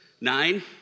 Nine